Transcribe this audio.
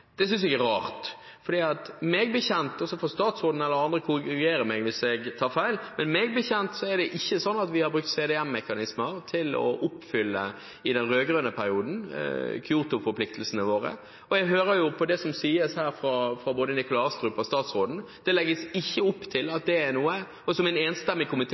Det synes jeg er rart, for meg bekjent – og så får statsråden eller andre korrigere meg hvis jeg tar feil – er det ikke sånn at vi i den rød-grønne perioden har brukt CDM-mekanismer til å oppfylle Kyoto-forpliktelsene våre. Jeg hører på det som sies av både Nikolai Astrup og statsråden, og som en enstemmig komité tilslutter seg, at det ikke legges opp til at